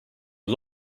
are